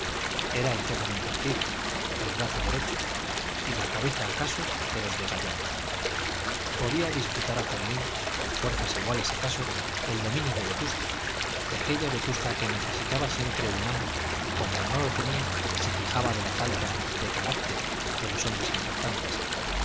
era el jefe de un partido el brazo derecho y la cabeza acaso de los vegallana podía disputar a fermín con fuerzas iguales acaso el dominio de vetusta de aquella vetusta que necesitaba siempre un amo y cuando no lo tenía se quejaba de la falta de carácter de los hombres importantes